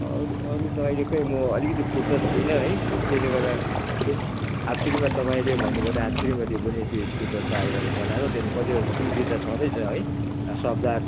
अरू अरू त अहिले खै म अलिकति फुर्सद छुइनँ है त्यसले गर्दा आतुरीमा तपाईँले भन्नुभयो र आतुरीमा त्यो पनि त्यो स्क्रिप्टहरू तयारी गरेर पठाएको त्यो पनि कतिवटा त्रुटि त छँदैछ है अब शब्दहरू